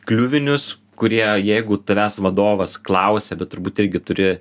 kliuvinius kurie jeigu tavęs vadovas klausia bet turbūt irgi turi